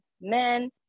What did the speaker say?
Men